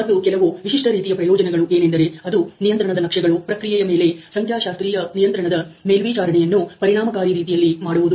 ಮತ್ತು ಕೆಲವು ವಿಶಿಷ್ಟ ರೀತಿಯ ಪ್ರಯೋಜನಗಳು ಏನೆಂದರೆ ಅದು ನಿಯಂತ್ರಣದ ನಕ್ಷೆಗಳು ಪ್ರಕ್ರಿಯೆಯ ಮೇಲೆ ಸಂಖ್ಯಾಶಾಸ್ತ್ರೀಯ ನಿಯಂತ್ರಣದ ಮೇಲ್ವಿಚಾರಣೆಯನ್ನು ಪರಿಣಾಮಕಾರಿ ರೀತಿಯಲ್ಲಿ ಮಾಡುವುದು